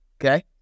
okay